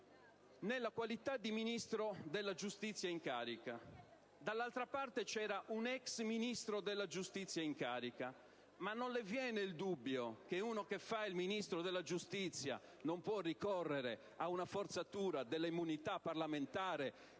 nella qualità di Ministro della giustizia in carica. Dall'altra parte c'era un ex Ministro della giustizia. Ma non le viene il dubbio che una persona che ricopre il ruolo di Ministro della giustizia non possa ricorrere ad una forzatura dell'immunità parlamentare